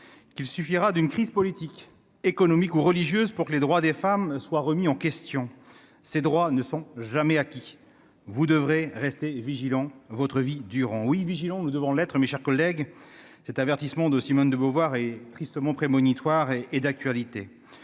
qu'il suffira d'une crise politique, économique ou religieuse pour les droits des femmes soient remis en question ces droits ne sont jamais acquis, vous devrez rester vigilant, votre vie durant oui vigilant, nous devons l'être, mes chers collègues, cet avertissement de Simone de Beauvoir est tristement prémonitoire et et d'actualité,